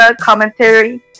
commentary